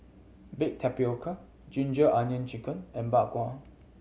baked tapioca ginger onion chicken and Bak Kwa